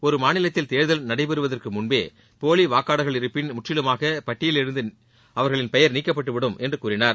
ஒரு மாநிலத்தில் தேர்தல் நடைபெறுவதற்கு முன்பே போலி வாக்காளர்கள் இருப்பின் முற்றிலுமாக பட்டியலில் இருந்து அவர்களின் பெயர் நீக்கப்பட்டுவிடும் என்று கூறினார்